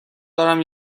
دارم